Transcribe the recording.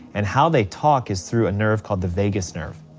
and how they talk is through a nerve called the vagus nerve,